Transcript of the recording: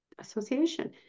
association